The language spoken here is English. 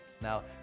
Now